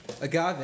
Agave